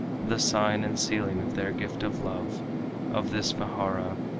the sign and sealing of their gift of love of this vihara,